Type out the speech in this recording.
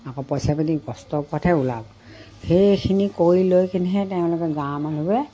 আকৌ পইচা পতি কষ্ট ওপৰতহে ওলাব সেইখিনি কৰি লৈ কিনহে তেওঁলোকে গাঁৱৰ মানুহেবোৰে